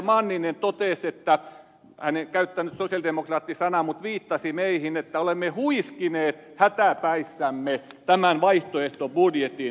manninen totesi hän ei käyttänyt sosialidemokraatti sanaa mutta viittasi meihin että olemme huiskineet hätäpäissämme tämän vaihtoehtobudjetin